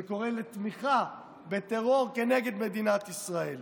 שקורא לתמיכה בטרור כנגד מדינת ישראל,